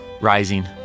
Rising